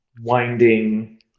winding